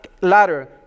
ladder